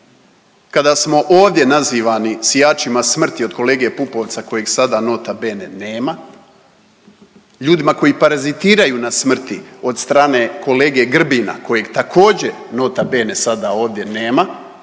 kada smo ovdje nazivani sijačima smrti od kolege Pupovca kojeg sada nota bene nema. Ljudima koji parazitiraju na smrti od strane kolege Grbina kojeg također nota bene sada ovdje nema.